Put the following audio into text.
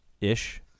ish